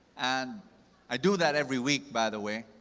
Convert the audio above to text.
and i do that every week, by the way.